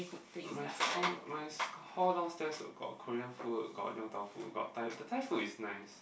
my hall my hall downstairs got Korean food got Yong-Tau-Foo got Thai the Thai food is nice